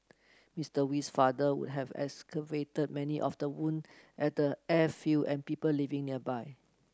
Mister Wee's father would have many of the wound at the airfield and people living nearby